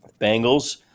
Bengals